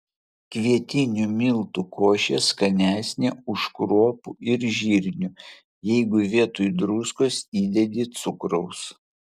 kvietinių miltų košė skanesnė už kruopų ir žirnių jeigu vietoj druskos įdedi cukraus